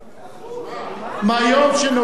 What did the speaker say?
מהיום שנולד,